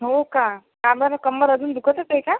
हो का का बरं कंबर अजून दुखतच आहे का